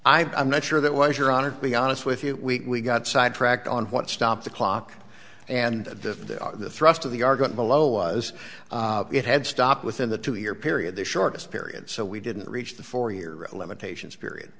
i've i'm not sure that was your honor to be honest with you we got sidetracked on one stop the clock and the thrust of the argument below was it had stopped within the two year period the shortest period so we didn't reach the four year limitations period